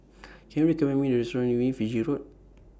Can YOU recommend Me A Restaurant near Fiji Road